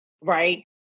right